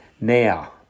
Now